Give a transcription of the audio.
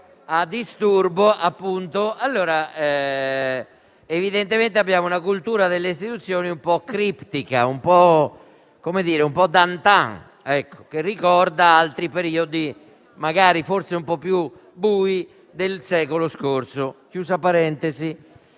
a disturbo, evidentemente abbiamo una cultura delle istituzioni un po' criptica, un po' *d'antan*, che ricorda altri periodi, magari forse un po' più bui, del secolo scorso. Chiusa questa